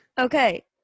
Okay